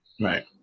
right